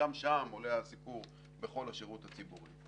גם שם עולה הסיפור בכל השירות הציבורי.